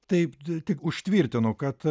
taip tik užtvirtinu kad